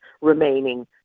remaining